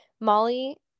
Molly